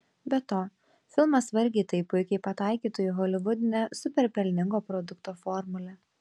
be to filmas vargiai taip puikiai pataikytų į holivudinę super pelningo produkto formulę